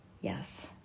Yes